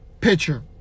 pitcher